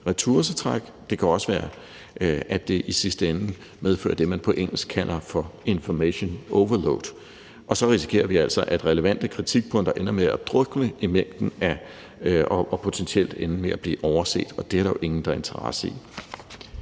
ressourcetræk. Det kan også være, at det i sidste ende medfører det, man på engelsk kalder for information overload. Og så risikerer vi altså, at relevante kritikpunkter ender med at drukne i mængden og potentielt ender med at blive overset, og det er der jo ingen der har interesse i.